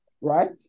right